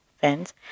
fans